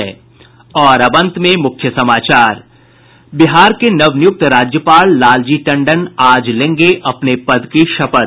और अब अंत में मुख्य समाचार बिहार के नवनियुक्त राज्यपाल लालजी टंडन आज लेंगे अपने पद की शपथ